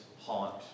haunt